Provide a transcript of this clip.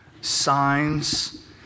signs